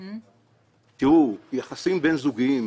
ראו, יחסים בין-זוגיים